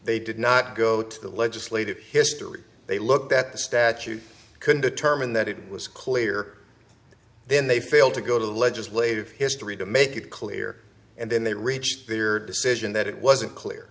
they did not go to the legislative history they looked at the statute can determine that it was clear then they failed to go to the legislative history to make it clear and then they reached their decision that it wasn't clear